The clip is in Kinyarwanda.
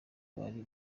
bari